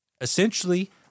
Essentially